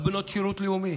גם בנות שירות לאומי.